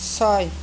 ছয়